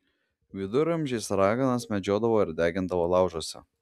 viduramžiais raganas medžiodavo ir degindavo laužuose